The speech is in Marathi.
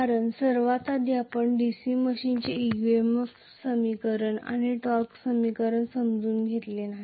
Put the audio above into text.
कारण सर्वात आधी आपण DC मशीनचे EMF समीकरणे आणि टॉर्क समीकरण समजून घेतले नाही